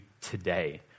today